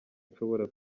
nshobora